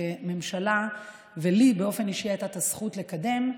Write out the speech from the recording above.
כממשלה ולי באופן אישי הייתה הזכות לקדם,